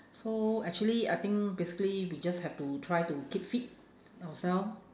so actually I think basically we just have to try to keep fit ourselves